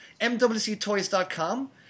mwctoys.com